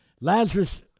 Lazarus